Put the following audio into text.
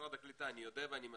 תנו לי להמשיך.